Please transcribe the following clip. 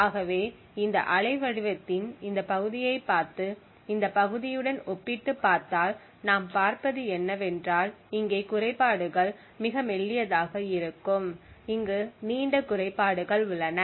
ஆகவே இந்த அலைவடிவத்தின் இந்த பகுதியைப் பார்த்து இந்த பகுதியுடன் ஒப்பிட்டுப் பார்த்தால் நாம் பார்ப்பது என்னவென்றால் இங்கே குறைபாடுகள் மிக மெல்லியதாக இருக்கும் இங்கு நீண்ட குறைபாடுகள் உள்ளன